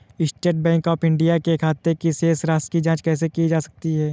State Bank of India के खाते की शेष राशि की जॉंच कैसे की जा सकती है?